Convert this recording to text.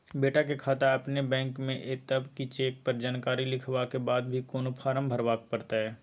बेटा के खाता अपने बैंक में ये तब की चेक पर जानकारी लिखवा के बाद भी कोनो फारम भरबाक परतै?